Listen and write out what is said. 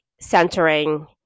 centering